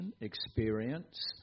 experience